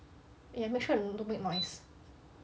ya make sure don't make noise